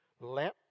Let